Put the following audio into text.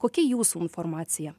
kokia jūsų informacija